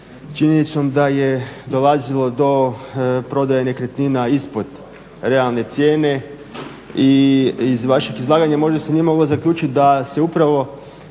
činjenicom da je dolazilo do prodaje nekretnina ispod realne cijene i iz vašeg izlaganja možda se nije moglo zaključit da se upravo